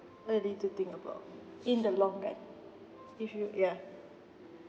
early to think about in the long run if you ya